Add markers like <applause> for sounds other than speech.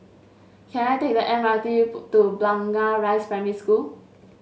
can I take the M R T <unintelligible> to Blangah Rise Primary School